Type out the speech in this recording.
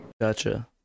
Gotcha